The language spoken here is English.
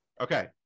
okay